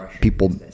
People